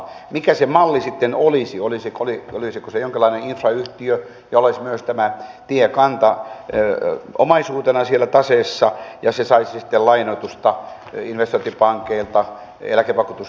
mikä se malli sitten olisi olisiko se jonkinlainen infrayhtiö jolla olisi myös tämä tiekanta omaisuutena siellä taseessa ja se saisi sitten lainoitusta investointipankeilta eläkevakuutusyhtiöiltä